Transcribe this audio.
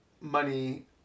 money